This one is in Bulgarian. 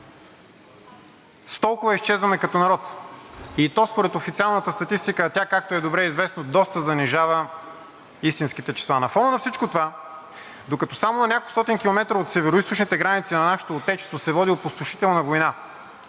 толкова изчезваме като народ, и то според официалната статистика, а тя, както е добре известно, доста занижава истинските числа. На фона на всичко това – докато само на няколкостотин километра от североизточните граници на нашето Отечество се води опустошителна война,